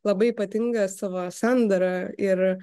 labai ypatinga savo sandara ir